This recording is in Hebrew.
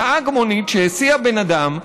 נהג מונית שהסיע בן אדם,